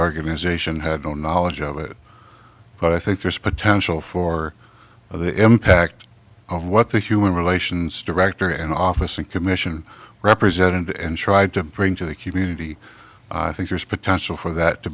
organization had no knowledge of it but i think there's potential for the impact of what the human relations director and office and commission represented and tried to bring to the community i think there's potential for that to